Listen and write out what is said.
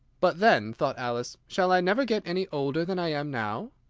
but then, thought alice, shall i never get any older than i am now?